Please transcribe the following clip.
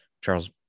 Charles